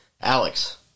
Alex